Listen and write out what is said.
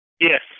Yes